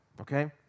okay